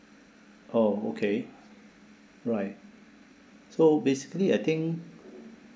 oh okay right so basically I think